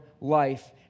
life